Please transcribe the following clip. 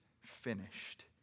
finished